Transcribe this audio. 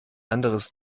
anderes